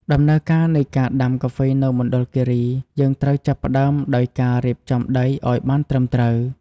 ដំណើរការនៃការដាំកាហ្វេនៅមណ្ឌលគិរី យើងត្រូវចាប់ផ្ដើមដោយការរៀបចំដីឱ្យបានត្រឹមត្រូវ។